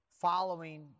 following